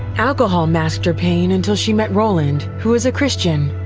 alcohol masked her pain until she met roland, who was a christian,